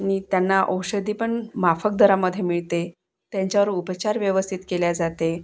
आणि त्यांना औषधी पण माफक दरामध्ये मिळते त्यांच्यावर उपचार व्यवस्थित केला जाते